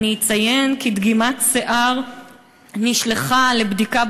אציין כי דגימת שיער נשלחה לבדיקה,